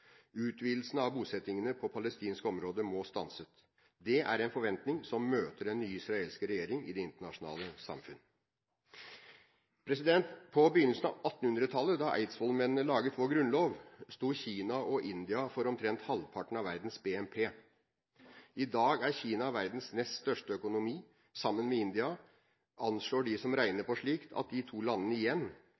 av bosetningene på palestinsk område må stanse. Det er en forventning som møter den nye israelske regjering i det internasjonale samfunn. På begynnelsen av 1800-tallet, da eidsvollsmennene laget vår grunnlov, sto Kina og India for omtrent halvparten av verdens BNP. I dag er Kina verdens nest største økonomi. Sammen med India anslår de som regner på slikt, at de to landene igjen